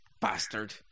Bastard